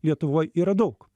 lietuvoj yra daug